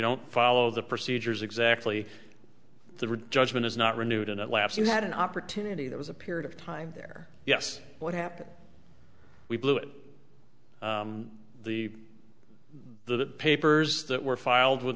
don't follow the procedures exactly the reduction is not renewed and at last you had an opportunity there was a period of time there yes what happened we blew it the the papers that were filed with